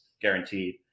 guaranteed